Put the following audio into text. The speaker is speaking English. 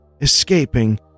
escaping